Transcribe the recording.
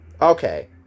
Okay